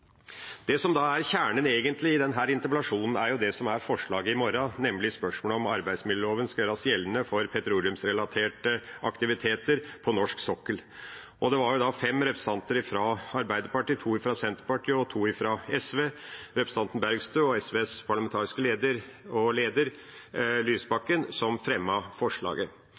Det som egentlig er kjernen i denne interpellasjonen, er det som er forslaget i morgen, nemlig spørsmålet om arbeidsmiljølova skal gjøres gjeldende for petroleumsrelaterte aktiviteter på norsk sokkel. Det var fem representanter fra Arbeiderpartiet, to fra Senterpartiet og to fra SV – representanten Bergstø og SVs parlamentariske leder og partileder Lysbakken – som fremmet forslaget.